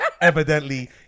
Evidently